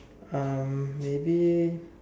um maybe